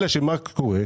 אלא שמה קורה?